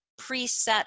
preset